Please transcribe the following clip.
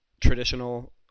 traditional